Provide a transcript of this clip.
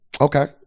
Okay